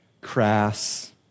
crass